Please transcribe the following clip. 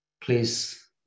please